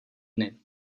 dny